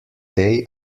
they